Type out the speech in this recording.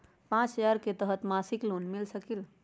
पाँच हजार के तहत मासिक लोन मिल सकील?